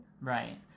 right